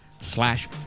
slash